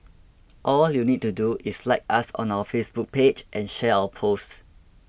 all you need to do is like us on our Facebook page and share our post